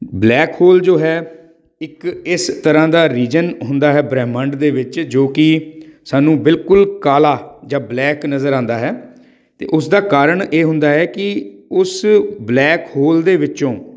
black hole ਜੋ ਹੈ ਇੱਕ ਇਸ ਤਰ੍ਹਾਂ ਦਾ ਰੀਜਨ ਹੁੰਦਾ ਹੈ ਬ੍ਰਹਿਮੰਡ ਦੇ ਵਿੱਚ ਜੋ ਕਿ ਸਾਨੂੰ ਬਿਲਕੁਲ ਕਾਲਾ ਜਾਂ ਬਲੈਕ ਨਜ਼ਰ ਆਉਂਦਾ ਹੈ ਅਤੇ ਉਸਦਾ ਕਾਰਨ ਇਹ ਹੁੰਦਾ ਹੈ ਕਿ ਉਸ ਬਲੈਕ ਹੋਲ ਦੇ ਵਿੱਚੋਂ